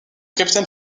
capitaine